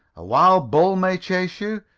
a wild bull may chase you,